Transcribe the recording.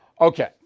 Okay